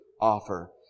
offer